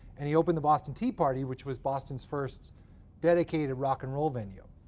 and he opened the boston tea party, which was boston's first dedicated rock and roll venue.